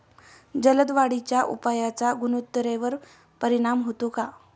जलद वाढीच्या उपायाचा गुणवत्तेवर परिणाम होतो का?